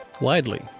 widely